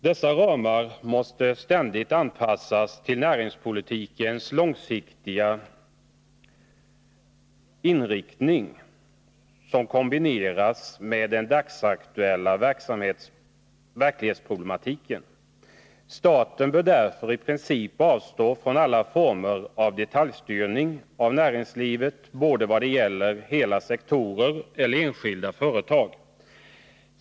Dessa ramar måste ständigt anpassas till näringspolitikens långsiktiga inriktning, som kombineras med den dagsaktuella verklighetsproblematiken. Staten bör därför i princip avstå från alla former av detaljstyrning av näringslivet både i vad det gäller hela sektorer och i vad det gäller enskilda företag.